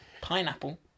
pineapple